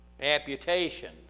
amputation